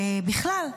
בכלל,